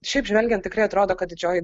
šiaip žvelgiant tikrai atrodo kad didžioji